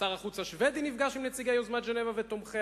שר החוץ השבדי נפגש עם נציגי יוזמת ז'נבה ותומכיה.